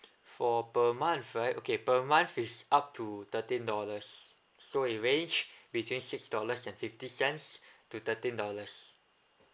for per month right okay per month is up to thirteen dollars so it range between six dollars and fifty cents to thirteen dollars